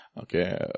Okay